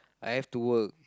I have to work